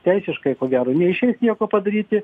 teisiškai ko gero neišeis nieko padaryti